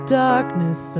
darkness